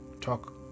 talk